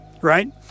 right